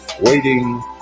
waiting